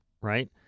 Right